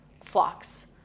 flocks